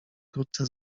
wkrótce